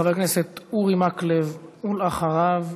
חבר הכנסת אורי מקלב, ואחריו,